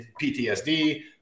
PTSD